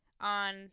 on